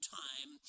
time